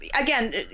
again